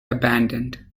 abandoned